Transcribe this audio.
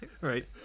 right